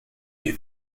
des